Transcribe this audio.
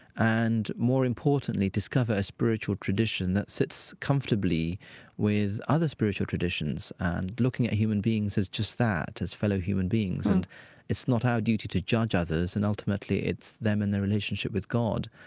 and more importantly, discover a spiritual tradition that sits comfortably with other spiritual traditions traditions and looking at human beings as just that, as fellow human beings, and it's not our duty to judge others and ultimately it's them and their relationship with god.